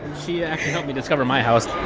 she actually helped me discover my house.